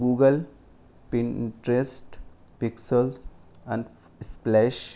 Google Pinterest Pexels and splash